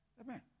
Amen